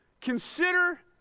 Consider